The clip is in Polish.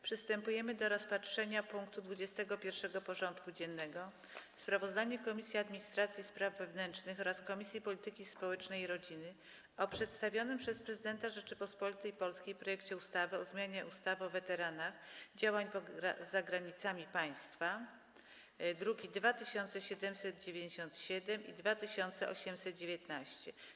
Przystępujemy do rozpatrzenia punktu 21. porządku dziennego: Sprawozdanie Komisji Administracji i Spraw Wewnętrznych oraz Komisji Polityki Społecznej i Rodziny o przedstawionym przez Prezydenta Rzeczypospolitej Polskiej projekcie ustawy o zmianie ustawy o weteranach działań poza granicami państwa (druki nr 2797 i 2819)